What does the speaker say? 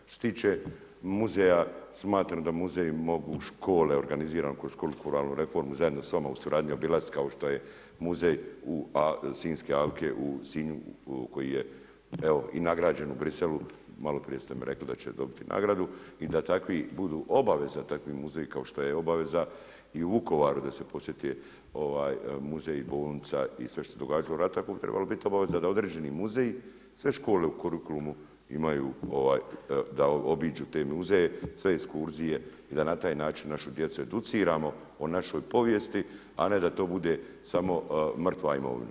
Što se tiče muzeja, smatram da muzeji mogu škole organizirano kroz kurikularnu reformu zajedno s vama u suradnji obilaziti kao što je Muzej sinjske alke u Sinju koji je evo i nagrađen u Bruxellesu, maloprije ste mi rekli da će dobiti nagradu i da takvi budu obaveza, takav muzej kao što je obaveza i u Vukovaru da se posjete muzej i bolnica i sve što se događalo u ratu, pa bi tako trebala biti obaveza da određeni muzej sve škole u kurikulumu imaju da obiđu te muzeje, sve ekskurzije i da na taj način našu djecu educiramo o našoj povijesti a ne da to bude samo mrtva imovina.